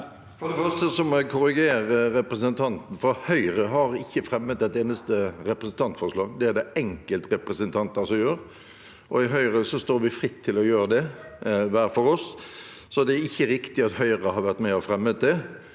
For det første må jeg korrigere representanten, for Høyre har ikke fremmet et eneste representantforslag. Det er det enkeltrepresentanter som gjør. I Høyre står vi fritt til å gjøre det hver for oss, så det er ikke riktig at Høyre har vært med og fremmet det.